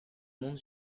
monte